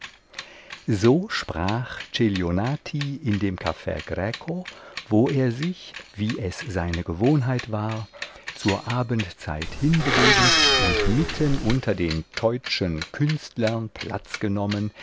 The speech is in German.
so sprach celionati in dem caff greco wo er sich wie es seine gewohnheit war zur abendzeit hinbegeben und mitten unter den teutschen künstlern platz genommen